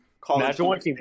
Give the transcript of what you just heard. college